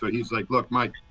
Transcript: but he was like, look, mike,